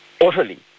utterly